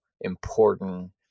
important